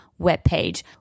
webpage